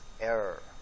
error